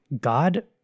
God